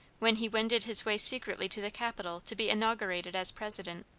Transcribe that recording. when he wended his way secretly to the capitol to be inaugurated as president,